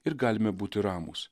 ir galime būti ramūs